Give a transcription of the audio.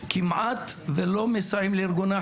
כמעט ולא מסייעים לארגון,